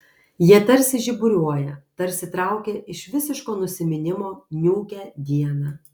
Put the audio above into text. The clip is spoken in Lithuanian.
jie tarsi žiburiuoja tarsi traukia iš visiško nusiminimo niūkią dieną